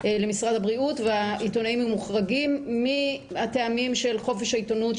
למשרד הבריאות והעיתונאים מוחרגים מטעמים של חופש העיתונות,